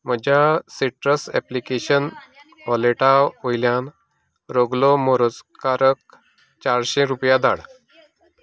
म्हज्या citrus application वॉलेटा वयल्यान रगलो मोरजकाराक चारशे रुपया दाड